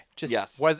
Yes